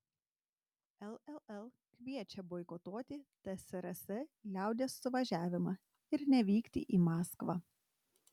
lll kviečia boikotuoti tsrs liaudies suvažiavimą ir nevykti į maskvą